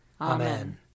Amen